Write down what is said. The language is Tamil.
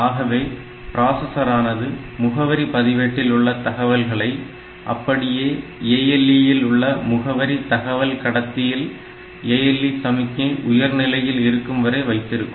ஆகவே பிராசஸரானது முகவரி பதிவேட்டில் உள்ள தகவல்களை அப்படியே ALE இல் உள்ள முகவரி தகவல் கடத்தியில் ALE சமிக்ஞை உயர்நிலையில் இருக்கும் வரை வைத்திருக்கும்